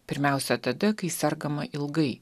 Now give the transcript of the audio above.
pirmiausia tada kai sergama ilgai